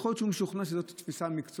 יכול להיות שהוא משוכנע שזאת התפיסה המקצועית,